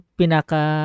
pinaka